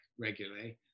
regularly